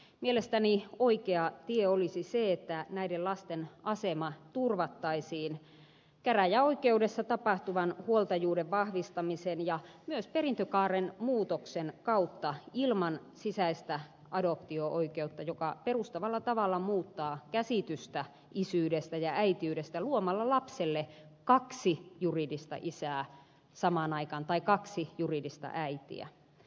mielestäni oikea tie olisi se että näiden lasten asema turvattaisiin käräjäoikeudessa tapahtuvan huoltajuuden vahvistamisen ja myös perintökaaren muutoksen kautta ilman sisäistä adoptio oikeutta joka perustavalla tavalla muuttaa käsitystä isyydestä ja äitiydestä luomalla lapselle kaksi juridista isää samaan aikaan tai kaksi juridista äitiä